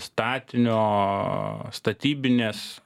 statinio statybinės